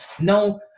no